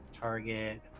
target